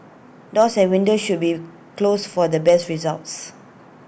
doors and windows should be closed for the best results